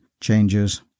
changes